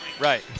Right